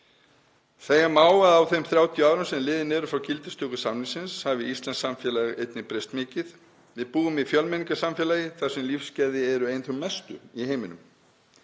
Segja má að á þeim 30 árum sem liðin eru frá gildistöku samningsins hafi íslenskt samfélag einnig breyst mikið. Við búum í fjölmenningarsamfélagi þar sem lífsgæði eru ein þau mestu í heiminum.